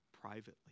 privately